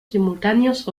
simultáneos